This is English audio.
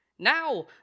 Now